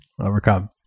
overcome